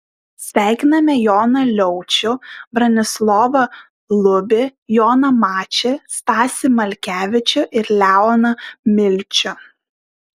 sveikiname joną liaučių bronislovą lubį joną mačį stasį malkevičių ir leoną milčių